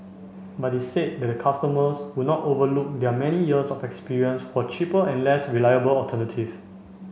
but they said that customers would not overlook their many years of experience for cheaper and less reliable alternative